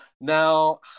now